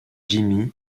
jimmy